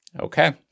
Okay